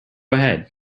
ahead